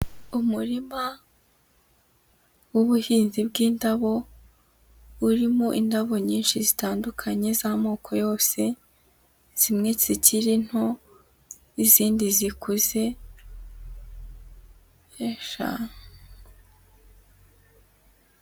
Umurima w'ubuhinzi bw'indabo, urimo indabo nyinshi zitandukanye z'amoko yose, zimwe zikiri nto n'izindi zikuze...